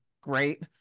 great